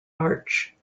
arch